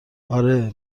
آره